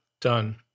done